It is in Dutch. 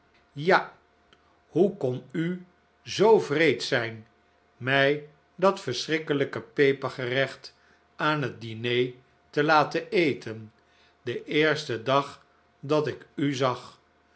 ja hoe kon u zoo wreed zijn mij dat verschrikkelijke peper gerecht aan het diner te laten eten den eersten dag dat ik u zag